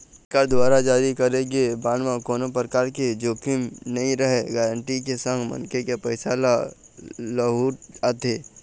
सरकार दुवार जारी करे गे बांड म कोनो परकार के जोखिम नइ रहय गांरटी के संग मनखे के पइसा ह लहूट आथे